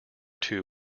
two